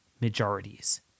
majorities